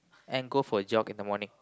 and go for jog in the morning